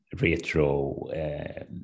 retro